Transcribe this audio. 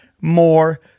more